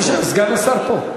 סגן השר פה.